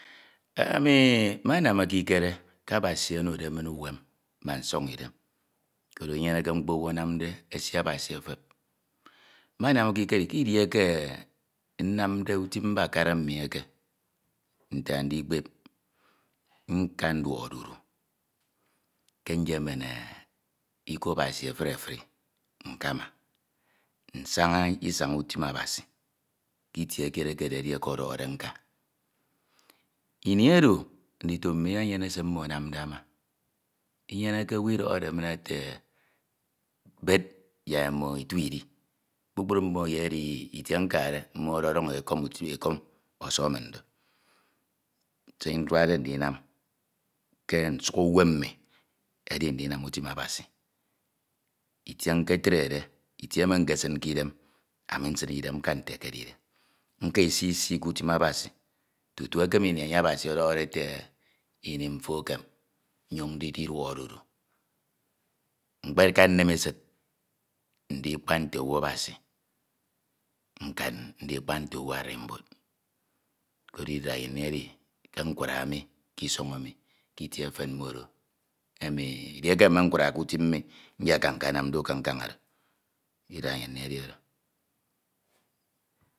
Ami menam ekikere ke Abasi onode min uwem ma nsọñ idem kon myeneke mkpo owu anamde esi Abasi ekep. Menam ekikere ke edieke nnamde utim mbakara mmi eke nye andikpep, nka nduọk odudu ke nyemen iko Abasi efuri efuri nkama, nsaña isañ utim Abasi ke itie kied eke ededi eke ọdọhọde nka. Ini oro, ndito mmi enyene ɛe mmo anamde ama, ungeneke owu idọhọde min ete bet yak imo itu idi. Kpukpu mmo eyedi itie nkade mmo ọdọdọñ etọm ono ọsuk min do. Ɛe nduakde ndinam ke nsukho uwem mmi edi ndinam utim Abasi, itie nketede, itie me nkan nkeske idem, ami nein idem nkan nte ekedide. Nka isisi ke utim Asabi tutu ekam ini enye Abasi ọdọhọdọ ete ini mfo ekem nyon di diduok odudu. Mkpeka nnem esid, ndika nte owu Abasi nkan ndikpa nte owu urimbud. Koro idirianyin edi ke nkura mi ke isọñ emi ke itie eyun mmodo emi edieke nkwak me nkurake utim mi nyeka nkenam ke nkan oro idinianyin edi oro.